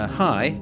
hi